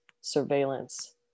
surveillance